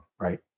right